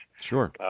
Sure